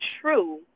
true